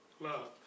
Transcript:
Love